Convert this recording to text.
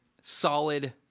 solid